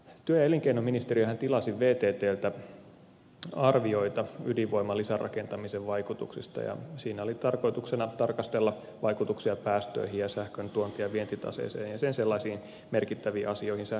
työ ja elinkeinoministeriöhän tilasi vttltä arvioita ydinvoiman lisärakentamisen vaikutuksista ja siinä oli tarkoituksena tarkastella vaikutuksia päästöihin ja sähkön tuonti ja vientitaseeseen ja sen sellaisiin merkittäviin asioihin sähkön hintaan